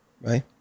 right